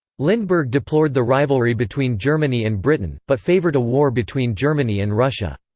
lindbergh deplored the rivalry between germany and britain, but favored a war between germany and russia.